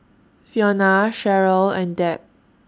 Fiona Cheryle and Deb